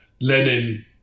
Lenin